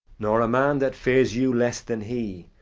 nor a man that fears you less than he,